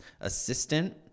assistant